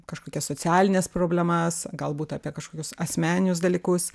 kažkokias socialines problemas galbūt apie kažkokius asmeninius dalykus